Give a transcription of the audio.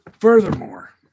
Furthermore